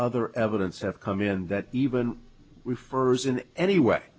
other evidence have come in that even refers in any way